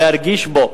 להרגיש בו.